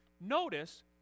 notice